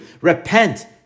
Repent